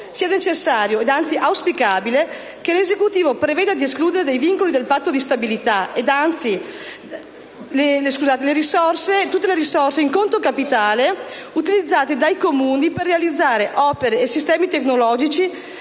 sia necessario, ed anzi auspicabile, che l'Esecutivo preveda di escludere dai vincoli del Patto di stabilità le risorse in conto capitale utilizzate dai Comuni per realizzare opere e sistemi tecnologici